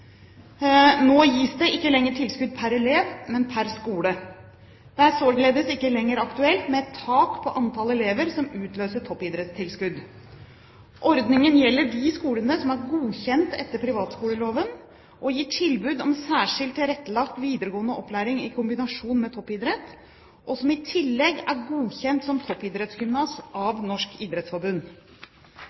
Nå gis det ikke lenger tilskudd pr. elev, men pr. skole. Det er således ikke lenger aktuelt med et tak på antall elever som utløser toppidrettstilskudd. Ordningen gjelder de skolene som er godkjent etter privatskoleloven og gir tilbud om særskilt tilrettelagt videregående opplæring i kombinasjon med toppidrett, og som i tillegg er godkjent som toppidrettsgymnas av Norges idrettsforbund.